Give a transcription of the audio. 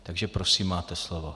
Takže prosím, máte slovo.